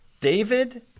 David